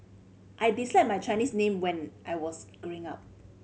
I disliked my Chinese name when I was growing up